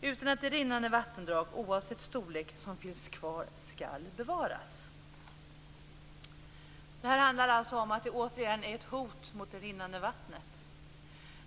utan att de rinnande vattendrag, oavsett storlek, som finns kvar skall bevaras". Det här handlar återigen om att det finns ett hot mot det rinnande vattnet.